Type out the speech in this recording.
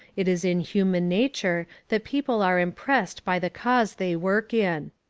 it is in human nature that people are impressed by the cause they work in.